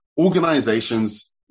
Organizations